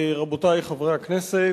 רבותי חברי הכנסת,